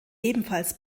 ebenfalls